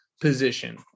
position